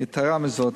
יתירה מזאת,